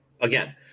again